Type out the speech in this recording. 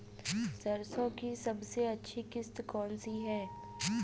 सरसो की सबसे अच्छी किश्त कौन सी है?